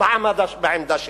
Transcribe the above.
בעמדה שלה.